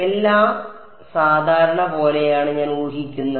എല്ലാം സാധാരണ പോലെയാണ് ഞാൻ ഊഹിക്കുന്നത്